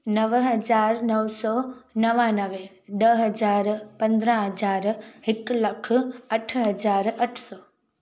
नव हज़ार नव सौ नवानवे ॾह हज़ार पंद्रहं हज़ार हिकु लखु अठ हज़ार अठ सौ